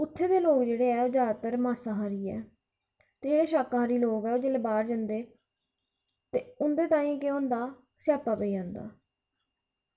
उत्थै दे लोग जेह्ड़े ऐ ओह् जैदातर मासाहारी ऐ ते शाकाहारी लोग जेल्लै बाह्र जंदे ते उं'दे ताहीं केह् होंदा स्यापा पेई जंदा